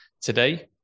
Today